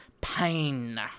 Pain